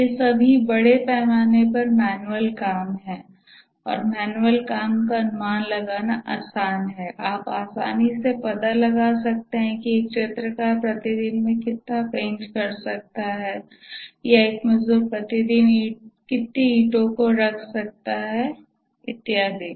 ये सभी बड़े पैमाने पर मैनुअल काम हैं और मैन्युअल काम का अनुमान लगाना आसान है आप आसानी से पता लगा सकते हैं कि एक चित्रकार प्रति दिन कितना पेंट कर सकता है या एक मजदूर प्रति दिन ईंटों को रख सकता है इत्यादि